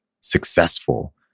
successful